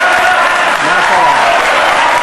מה קרה?